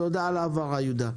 תודה על ההבהרה, יהודה.